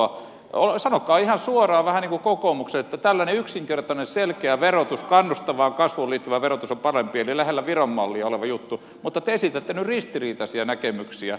sanokaa ihan suoraan vähän niin kuin kokoomus että tällainen yksinkertainen selkeä verotus kannustavaan kasvuun liittyvä verotus on parempi eli lähellä viron mallia oleva juttu mutta te esitätte nyt ristiriitaisia näkemyksiä